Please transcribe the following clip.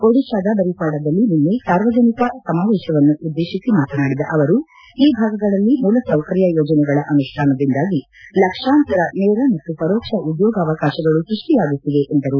ಒಡಿಶಾದ ಬರಿಪಾಡದಲ್ಲಿ ನಿನ್ನೆ ಸಾರ್ವಜನಿಕ ಸಮಾವೇಶವನ್ನು ಉದ್ಲೇಶಿಸಿ ಮಾತನಾಡಿದ ಅವರು ಈ ಭಾಗಗಳಲ್ಲಿ ಮೂಲಸೌಕರ್ಯ ಯೋಜನೆಗಳ ಅನುಷ್ಲಾನದಿಂದಾಗಿ ಲಕ್ಷಾಂತರ ನೇರ ಮತ್ತು ಪರೋಕ್ಷ ಉದ್ಯೋಗಾವಕಾಶಗಳು ಸ್ಟಷ್ಷಿಯಾಗುತ್ತಿವೆ ಎಂದರು